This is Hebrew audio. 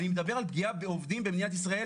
אני מדבר על פגיעה בעובדים במדינת ישראל,